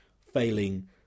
failing